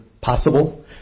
possible